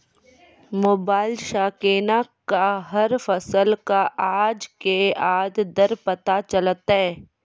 Mobile सऽ केना कऽ हर फसल कऽ आज के आज दर पता चलतै?